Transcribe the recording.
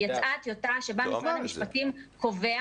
יצאה טיוטה שבה משרד המשפטים קובע